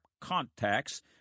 contacts